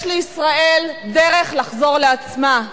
יש לישראל דרך לחזור לעצמה.